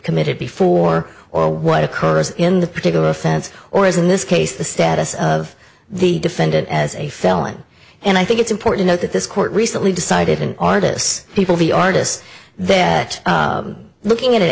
committed before or what occurs in the particular offense or as in this case the status of the defendant as a felon and i think it's important that this court recently decided an artist's people the artist that looking at an